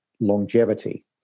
Longevity